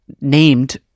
named